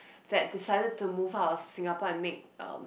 that decided to move out of Singapore and make um